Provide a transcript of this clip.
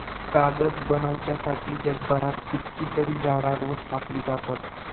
कागद बनवच्यासाठी जगभरात कितकीतरी झाडां रोज कापली जातत